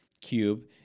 cube